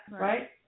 right